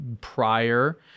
prior